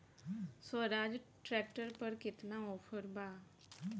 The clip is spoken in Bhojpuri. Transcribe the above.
स्वराज ट्रैक्टर पर केतना ऑफर बा?